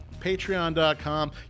Patreon.com